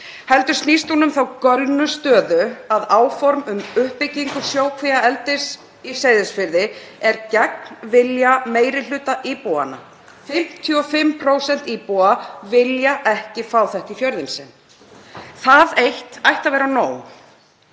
heldur snýst hún um þá gölnu stöðu að áform um uppbyggingu sjókvíaeldis í Seyðisfirði eru gegn vilja meiri hluta íbúanna. 55% íbúa vilja ekki fá þetta í fjörðinn sinn. Það eitt ætti að vera nóg.